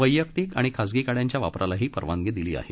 वैयक्तिक आणि खाजगी गाड्यांच्या वापरालाही परवानगी दिली आहे